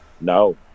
no